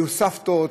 כשהיו סבתות,